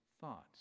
thoughts